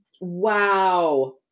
Wow